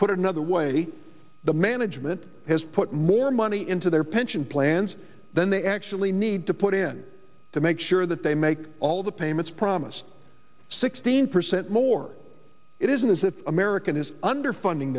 it another way the management has put more money into their pension plans than they actually need to put in to make sure that they make all the payments promised sixteen percent more it isn't as if american is underfunding